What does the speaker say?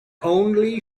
only